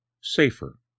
Safer